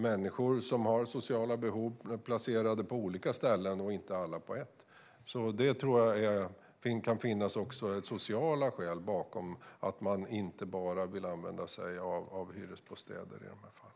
Människor med sociala behov kan då placeras på olika ställen i stället för alla på ett ställe. Jag tror alltså att det kan finnas även sociala skäl bakom att man inte bara vill använda sig av hyresbostäder i de här fallen.